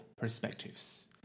perspectives